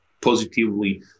positively